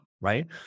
right